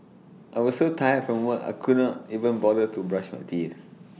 I was so tired from work I could not even bother to brush my teeth